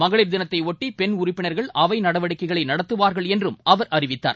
மகளிர் தினத்தையொட்டி பெண் உறுப்பினர்கள் அவை நடவடிக்கைகளை நடத்துவார்கள் என்றும் அவர் அறிவித்தார்